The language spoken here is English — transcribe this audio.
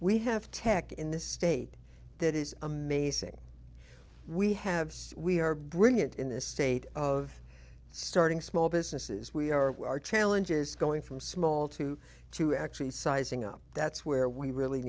we have tech in this state that is amazing we have so we are brilliant in this state of starting small businesses we are our challenges going from small to to actually sizing up that's where we really